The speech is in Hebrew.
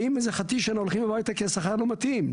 באים ואז הולכים כי השכר לא מתאים.